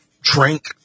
drink